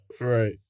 Right